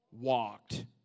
walked